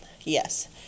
yes